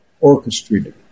orchestrated